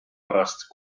pärast